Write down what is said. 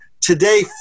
today